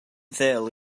ddel